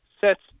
sets